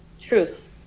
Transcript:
Truth